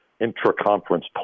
intra-conference